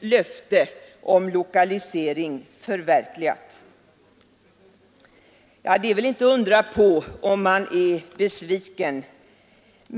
löfte om lokalisering förverkligat. Det är väl inte att undra på om man är besviken!